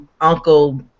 Uncle